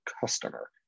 customer